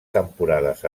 temporades